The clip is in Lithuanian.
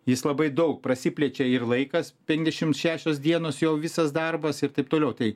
jis labai daug prasiplečia ir laikas penkiasdešim šešios dienos jau visas darbas ir taip toliau tai